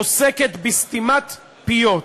עוסקות בסתימת פיות.